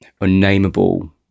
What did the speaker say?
unnameable